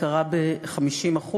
גם אם ההצעה הישראלית יקרה ב-50%.